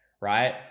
right